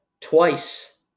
twice